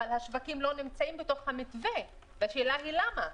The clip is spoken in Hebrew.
אבל השווקים לא נמצאים בתוך המתווה והשאלה היא למה?